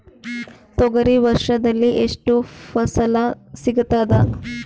ತೊಗರಿ ವರ್ಷದಲ್ಲಿ ಎಷ್ಟು ಫಸಲ ಸಿಗತದ?